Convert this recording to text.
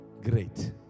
great